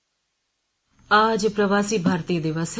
आज प्रवासी भारतीय दिवस है